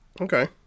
okay